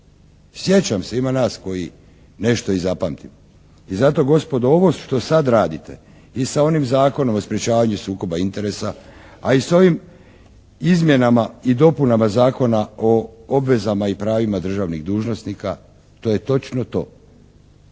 Sjećam se ima nas koji nešto i zapamtimo. I zato gospodo ovo što sad radite i sa onim Zakonom o sprječavanju sukoba interesa, a i sa ovim izmjenama i dopunama Zakona o obvezama i pravima državnih dužnosnika to je točno to.